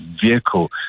vehicle